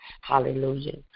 Hallelujah